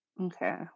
Okay